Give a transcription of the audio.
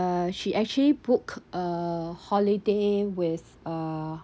uh she actually book a holiday with uh